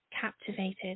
captivated